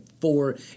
four